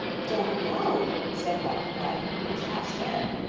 don't know, said button-bright, who was half scared.